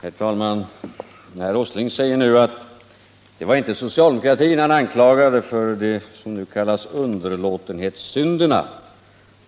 Herr talman! Herr Åsling säger i sin replik att det inte är socialdemokratin han anklagar för det som nu kallas underlåtenhetssynderna